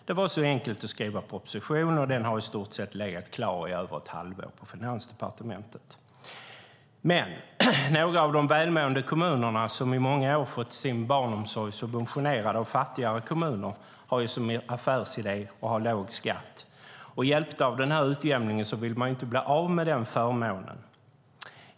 Det var så enkelt att skriva propositionen, och den har i stort sett legat klar i över ett halvår på Finansdepartementet. Men några av de välmående kommunerna som i många år fått sin barnomsorg subventionerad av fattigare kommuner har som affärsidé låg skatt. Hjälpta av utjämningen vill de inte bli av med förmånen.